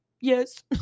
yes